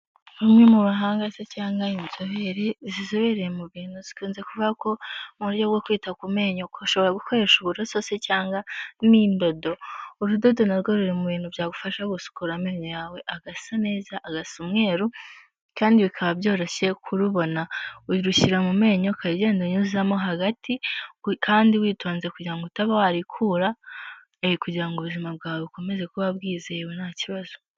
Umwe mu bahanga se cyangwa inzobere zizobereye mu bintu zikunze kuvuga ko mu buryo bwo kwita ku menyo ushobora gukoresha uburoso se cyangwa n'indodo, urudodo na rwo ruri mu bintu byagufasha gusukura amenyo yawe agasa neza, agasa umweru, kandi bikaba byoroshye kurubona, urushyira mu menyo ukagenda unyuzamo hagati kandi witonze kugirango ngo utabarikura, kugirango ubuzima bwawe bukomeze kuba bwizewe nta kibazo.